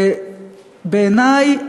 ובעיני,